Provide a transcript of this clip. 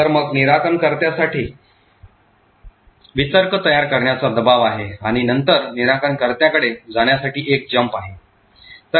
तर मग निराकरणकर्त्यासाठी वितर्क तयार करण्याचा दबाव आहे आणि नंतर निराकरणकर्त्याकडे जाण्यासाठी एक jump आहे